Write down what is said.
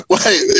Wait